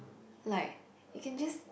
like you can just